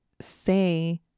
say